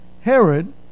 Herod